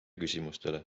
küsimustele